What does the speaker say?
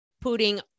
putting